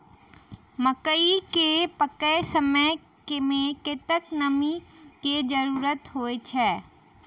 मकई केँ पकै समय मे कतेक नमी केँ जरूरत होइ छै?